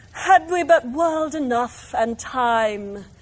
had we but world enough, and time,